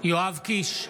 יואב קיש,